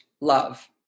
love